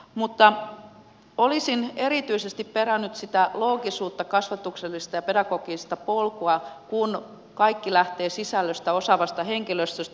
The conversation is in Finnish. mutta olisin erityisesti perännyt sitä loogisuutta kasvatuksellista ja pedagogista polkua kun kaikki lähtee sisällöstä osaavasta henkilöstöstä